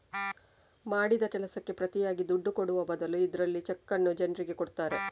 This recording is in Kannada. ಮಾಡಿದ ಕೆಲಸಕ್ಕೆ ಪ್ರತಿಯಾಗಿ ದುಡ್ಡು ಕೊಡುವ ಬದಲು ಇದ್ರಲ್ಲಿ ಚೆಕ್ಕನ್ನ ಜನ್ರಿಗೆ ಕೊಡ್ತಾರೆ